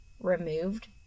removed